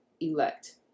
elect